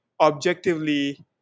objectively